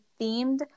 themed